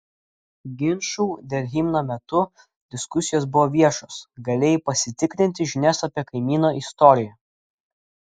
ginčų dėl himno metu diskusijos buvo viešos galėjai pasitikrinti žinias apie kaimyno istoriją